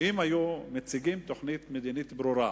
אם היו מציגים תוכנית מדינית ברורה.